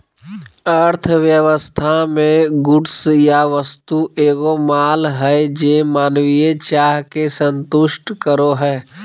अर्थव्यवस्था मे गुड्स या वस्तु एगो माल हय जे मानवीय चाह के संतुष्ट करो हय